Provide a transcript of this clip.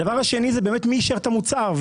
הדבר השני זה באמת מי אישר את המוצר.